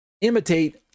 imitate